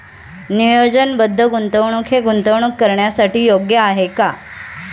नियोजनबद्ध गुंतवणूक हे गुंतवणूक करण्यासाठी योग्य आहे का?